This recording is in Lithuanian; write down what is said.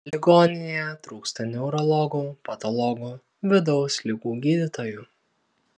ligoninėje trūksta neurologų patologų vidaus ligų gydytojų